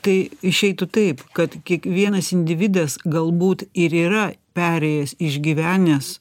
tai išeitų taip kad kiekvienas individas galbūt ir yra perėjęs išgyvenęs